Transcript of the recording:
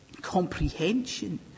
comprehension